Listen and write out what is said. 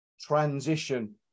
transition